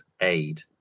aid